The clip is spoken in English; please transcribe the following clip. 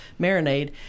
marinade